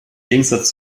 gegensatz